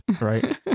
right